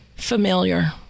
familiar